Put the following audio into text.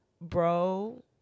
bro